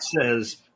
says